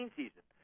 season